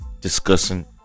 discussing